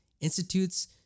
institutes